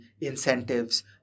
incentives